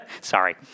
Sorry